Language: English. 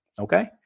okay